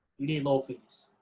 you need low fees.